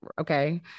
okay